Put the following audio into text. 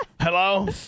hello